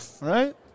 Right